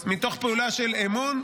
פעם,